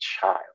child